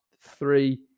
three